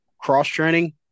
cross-training